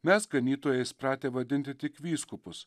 mes ganytojais pratę vadinti tik vyskupus